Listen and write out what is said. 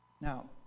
Now